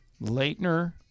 Leitner